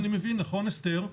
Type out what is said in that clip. אני מבין נכון, אסתר?